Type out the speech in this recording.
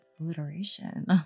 alliteration